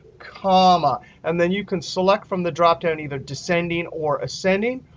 comma. and then you can select from the dropdown either descending or ascending.